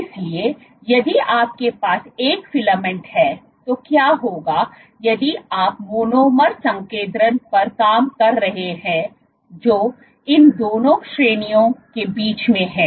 इसलिए यदि आपके पास एक फिलामेंट है तो क्या होगा यदि आप मोनोमर संकेंद्रण पर काम कर रहे हैं जो इन दोनों श्रेणियों के बीच में है